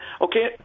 okay